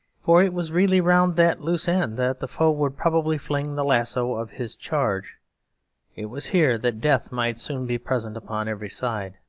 for it was really round that loose end that the foe would probably fling the lasso of his charge it was here that death might soon be present upon every side.